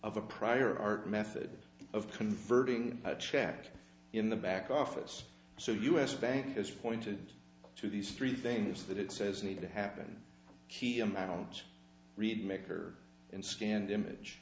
of a prior art method of converting a check in the back office so u s bank has pointed to these three things that it says need to happen key amounts read maker and scanned image